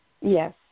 Yes